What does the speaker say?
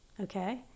okay